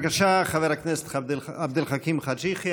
בבקשה, חבר הכנסת עבד אל חכים חאג' יחיא.